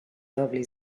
lovely